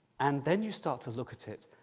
and then you start to look at it.